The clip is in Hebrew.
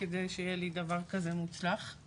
כדי שיהיה לי דבר כזה מוצלח,